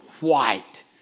White